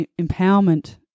empowerment